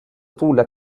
طولك